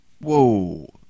whoa